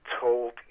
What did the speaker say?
told